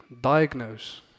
diagnose